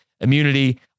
immunity